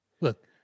Look